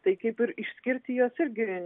tai kaip ir išskirti jos irgi